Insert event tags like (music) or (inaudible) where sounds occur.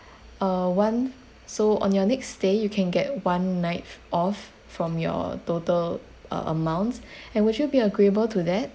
uh one so on your next stay you can get one night off from your total uh amounts (breath) and would you be agreeable to that